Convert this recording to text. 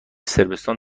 صربستان